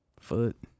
foot